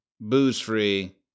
booze-free